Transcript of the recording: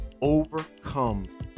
overcome